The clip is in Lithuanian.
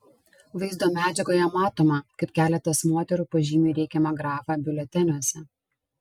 vaizdo medžiagoje matoma kaip keletas moterų pažymi reikiamą grafą biuleteniuose